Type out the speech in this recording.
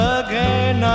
again